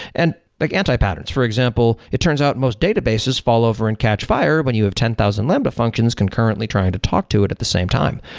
and like anti-patterns, for example, it turns out most databases fall over and catch fire when you have ten thousand lambda functions concurrently try and to talk to it at the same time.